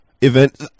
event